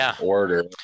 order